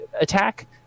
attack